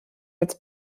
als